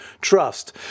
trust